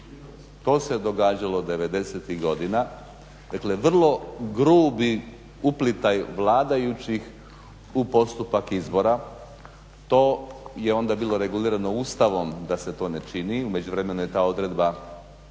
To se događalo '90.-ih godina, dakle vrlo grubi uplitaj vladajućih u postupak izbora. To je onda bilo regulirano Ustavom da se to ne čini. U međuvremenu je ta odredba